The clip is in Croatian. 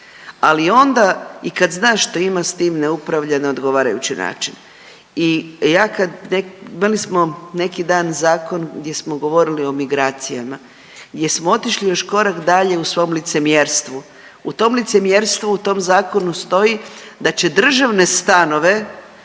ali onda i kad zna što ima, sa tim ne upravlja na odgovarajući način i ja kad, imali smo neki dan zakon gdje smo govorili o migracijama, gdje smo otišli još korak dalje u svom licemjerstvu, u tom licemjerstvu, u tom zakonu stoji da će državne stanove